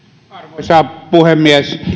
arvoisa puhemies